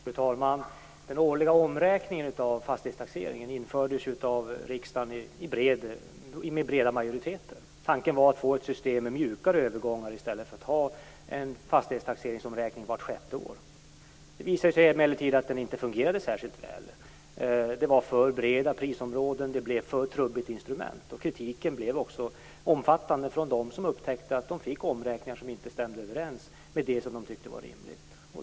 Fru talman! Den årliga omräkningen av fastighetstaxeringen infördes ju av en bred majoritet i riksdagen. Tanken var att få ett system med mjukare övergångar i stället för att ha en fastighetstaxeringsomräkning vart sjätte år. Det visade sig emellertid att detta inte fungerade särskilt väl. Det var för breda prisområden, och instrumentet blev för trubbigt. Kritiken blev också omfattande från dem som upptäckte att de fick omräkningar som inte stämde överens med vad de tyckte var rimligt.